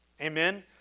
Amen